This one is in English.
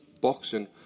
boxing